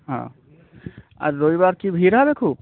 ও আর রবিবার কি ভিড় হবে খুব